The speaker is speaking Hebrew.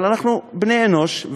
אבל אנחנו בני אנוש,